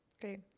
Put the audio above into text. Great